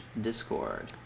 discord